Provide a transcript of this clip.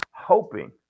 hoping